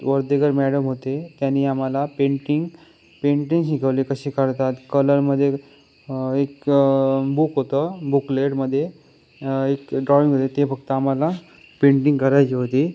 Varadekar madam होते त्यांनी आम्हाला पेंटिंग पेंटिंग शिकवले कसे करतात कलरमध्ये एक बुक होतं बुकलेडमध्ये एक ड्रॉइंग मिळते फक्त आम्हाला पेंटिंग करायची होती